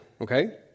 okay